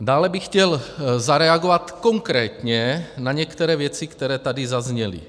Dále bych chtěl zareagovat konkrétně na některé věci, které tady zazněly.